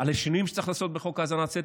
על השינויים שצריך לעשות בחוק האזנת סתר.